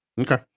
Okay